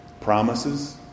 promises